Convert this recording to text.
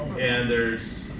and there's,